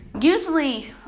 usually